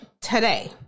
today